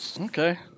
okay